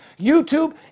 YouTube